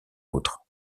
autre